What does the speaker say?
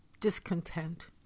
discontent